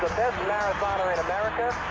marathoner in america,